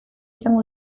izango